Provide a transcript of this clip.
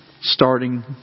starting